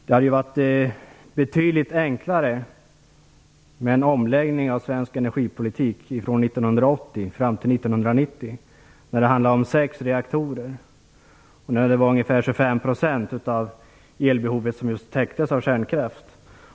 Det hade varit betydligt enklare att göra en omläggning av svensk energipolitik från 1980 till 1990, när det handlade om sex reaktorer och när det var ungefär 25 % av elbehovet som täcktes av kärnkraft.